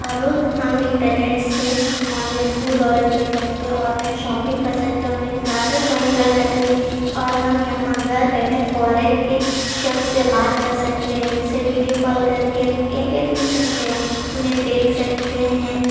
اب ہم انٹرنیٹ سے آن لائن فوڈ آرڈر کر سکتے آن لائن شاپنگ کر سکتے آن لائن کلاسز جوائن کر سکتے اور ہم یہاں گھر بیٹھے فارن کے شخص سے بات کر سکتے ان سے ویڈیو کال کر کے ان کی کیفیت پوچھ سکتے انہیں دیکھ سکتے ہیں